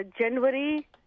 January